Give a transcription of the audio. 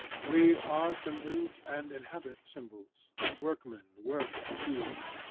we are symbols and inhabit symbols workmen, work, and tools,